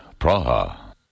Praha